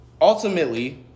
ultimately